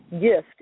gift